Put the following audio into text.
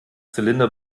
zylinder